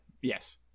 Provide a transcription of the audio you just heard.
Yes